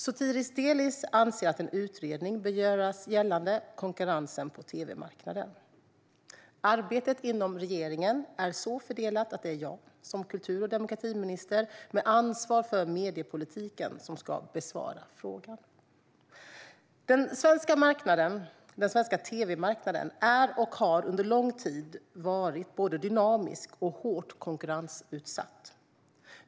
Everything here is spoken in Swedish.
Sotiris Delis anser att en utredning bör göras gällande konkurrensen på tv-marknaden. Arbetet inom regeringen är så fördelat att det är jag som kultur och demokratiminister med ansvar för mediepolitiken som ska besvara frågan. Den svenska tv-marknaden är och har under lång tid varit både dynamisk och hårt konkurrensutsatt.